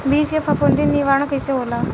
बीज के फफूंदी निवारण कईसे होला?